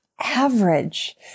average